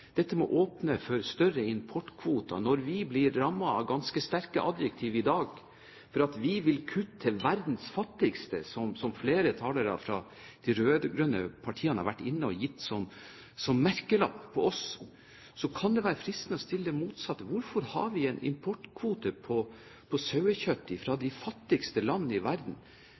åpne for større importkvoter – vi blir rammet av ganske sterke adjektiver i dag, fordi vi vil kutte i bistanden til verdens fattigste, merkelapper som flere talere fra de rød-grønne partiene har satt på oss – kan det være fristende å stille et spørsmål tilbake: Hvorfor har vi en importkvote på sauekjøtt fra de fattigste land i verden,